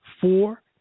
four